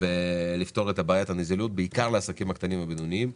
את בעיית הנזילות לעסקים הקטנים והבינונים.